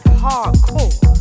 hardcore